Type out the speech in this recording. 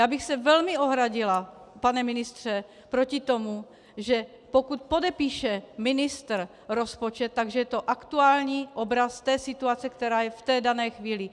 Já bych se velmi ohradila, pane ministře, proti tomu, že pokud podepíše ministr rozpočet, tak že je to aktuální obraz té situace, která je v té dané chvíli.